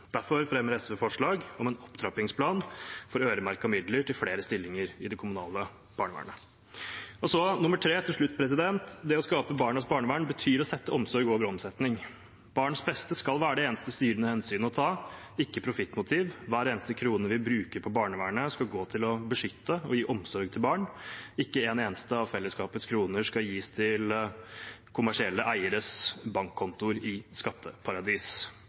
Derfor fremmer SV forslag om en opptrappingsplan for øremerkede midler til flere stillinger i det kommunale barnevernet. Så til slutt nr. 3: Det å skape barnas barnevern betyr å sette omsorg over omsetning. Barns beste skal være det eneste styrende hensyn å ta, ikke profittmotiv. Hver eneste krone vi bruker på barnevernet, skal gå til å beskytte og gi omsorg til barn. Ikke en eneste av fellesskapets kroner skal gis til kommersielle eieres bankkonto i skatteparadis.